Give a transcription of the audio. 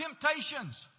temptations